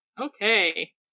Okay